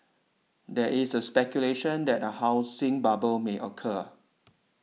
there is speculation that a housing bubble may occur